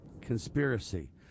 Conspiracy